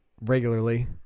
regularly